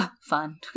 Fun